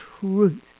truth